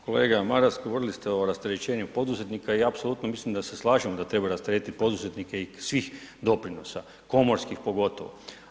Kolega Maras, govorili ste o rasterećenju poduzetnika i apsolutno mislim da se slažemo da treba rasteretiti poduzetnike iz svih doprinosa, komorskih pogotovo.